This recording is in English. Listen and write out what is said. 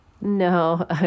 No